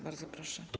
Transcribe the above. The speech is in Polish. Bardzo proszę.